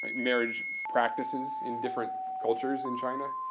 marriage practices in different cultures in china.